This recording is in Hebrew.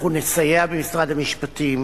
אנחנו נסייע במשרד המשפטים